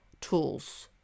Tools